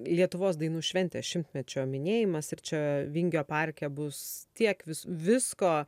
lietuvos dainų šventė šimtmečio minėjimas ir čia vingio parke bus tiek visko